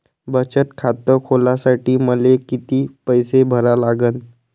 बचत खात खोलासाठी मले किती पैसे भरा लागन?